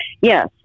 Yes